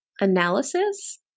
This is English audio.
analysis